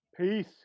Peace